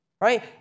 Right